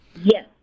Yes